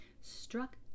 struck